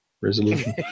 resolution